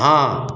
हाँ